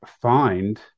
find